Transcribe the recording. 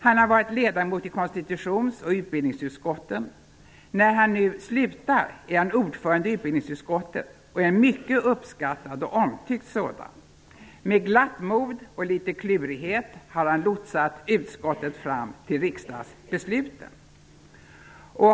Han har varit ledamot i konstitutions och utbildningsutskotten. När han nu slutar är han ordförande i utbildningsutskottet och en mycket uppskattad och omtyckt sådan. Med glatt mod och litet klurighet har han lotsat utskottet fram till riksdagsbesluten.